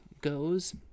goes